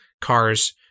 cars